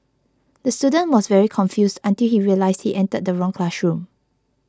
the student was very confused until he realised he entered the wrong classroom